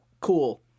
cool